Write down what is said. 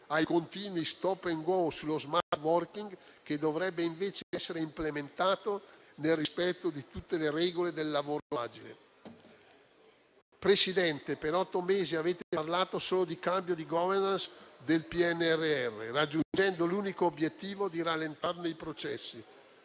ai continui *stop and go* sullo *smart working*, che dovrebbe invece essere implementato nel rispetto di tutte le regole del lavoro agile. Signor Presidente, per otto mesi avete parlato solo di cambio di *governance* del PNRR, raggiungendo l'unico obiettivo di rallentarne i processi.